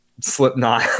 slipknot